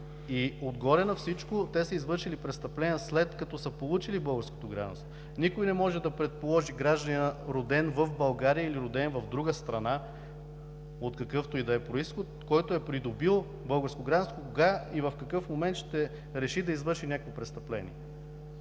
Отгоре на всичко те са извършили престъпление, след като са получили българското гражданство. Никой не може да предположи, че гражданин, роден в България или в друга страна, от какъвто и да е произход, който е придобил българско гражданство, кога и в какъв момент ще реши да извърши някакво престъпление,